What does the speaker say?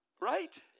Right